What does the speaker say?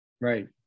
Right